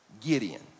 Gideon